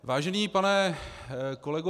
Vážený pane kolego